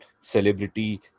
celebrity